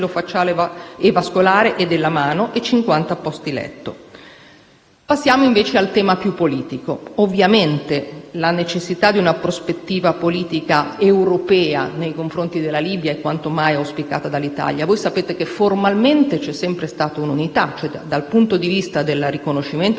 maxillofacciale e vascolare e della mano, e 50 posti letto. Passiamo invece al tema più politico. Ovviamente la necessità di una prospettiva politica europea nei confronti della Libia è quantomai auspicata dall'Italia. Voi sapete che formalmente c'è sempre stata un'unità. Quanto al riconoscimento